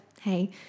hey